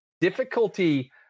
Difficulty